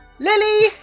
Lily